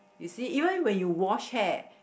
you see even when you wash hair